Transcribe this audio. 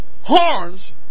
horns